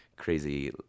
crazy